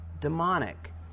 demonic